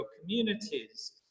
communities